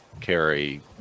carry